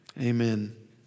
Amen